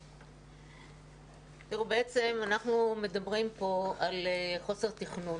אנחנו מדברים כאן על חוסר תכנון,